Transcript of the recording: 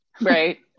right